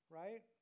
right